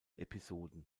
episoden